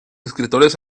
escritores